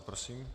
Prosím.